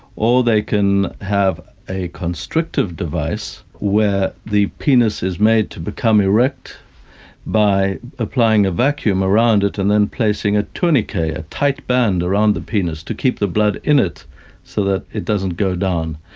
or they can have a constrictive device where the penis is made to become erect by applying a vacuum around it and then placing a tourniquet, a a tight band around the penis to keep the blood in it so that it doesn't go down.